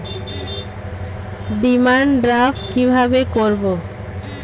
Demand draft কীভাবে করব?